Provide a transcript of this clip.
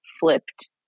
flipped